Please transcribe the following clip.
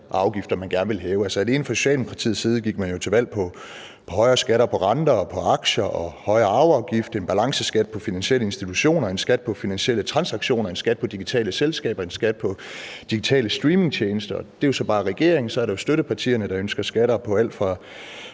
afgifter, man gerne vil hæve. Alene fra Socialdemokratiets side gik man til valg på højere skatter på renter og på aktier og højere arveafgift, en balanceskat på finansielle institutioner, en skat på finansielle transaktioner, en skat på digitale selskaber, en skat på digitale streamingtjenester. Det er så bare regeringen, og så er der jo støttepartierne, der ønsker skatter på alt fra